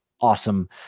awesome